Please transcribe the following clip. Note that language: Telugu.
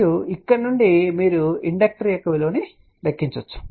మరియు ఇక్కడ నుండి మీరు ఇండక్టర్ యొక్క విలువను లెక్కించవచ్చు